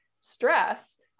stress